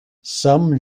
some